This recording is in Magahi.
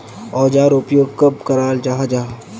औजार उपयोग कब कराल जाहा जाहा?